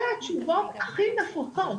ואלה התשובות הכי נפוצות.